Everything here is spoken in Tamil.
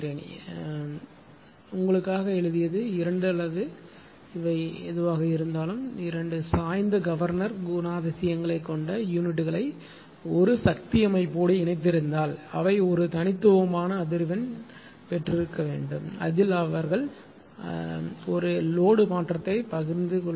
இங்கே நான் உங்களுக்காக எழுதியது இரண்டு அல்லது எதுவாக இருந்தாலும் இரண்டு சாய்ந்த கவர்னர் குணாதிசயங்களைக் கொண்ட யூனிட்களை ஒரு சக்தி அமைப்போடு இணைத்திருந்தால் அவை ஒரு தனித்துவமான அதிர்வெண் இருக்க வேண்டும் அதில் அவர்கள் ஒரு லோடு மாற்றத்தைப் பகிர்ந்து கொள்வார்கள்